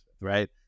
right